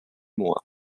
mois